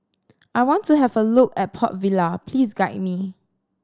I want to have a look a Port Vila please guide me